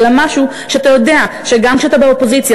אלא משהו שאתה יודע שגם כשאתה באופוזיציה